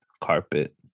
carpet